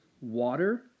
water